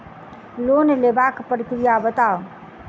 Loan लेबाक प्रक्रिया बताऊ?